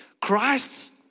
Christ's